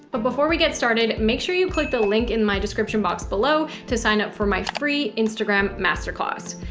but before we get started, make sure you click the link in my description box below to sign up for my free instagram masterclass.